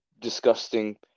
disgusting